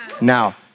Now